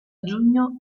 giugno